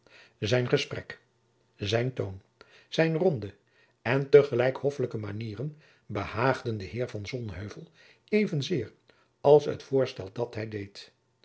zijn gesprek zijn toon zijne ronde en te gelijk hoffelijke manieren behaagden den heer van sonheuvel evenzeer als het voorstel dat hij deed